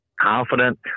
confident